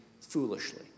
foolishly